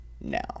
now